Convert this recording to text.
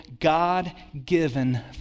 God-given